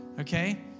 Okay